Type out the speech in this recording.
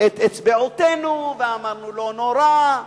את אצבעותינו, ואמרנו: לא נורא.